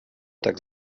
tak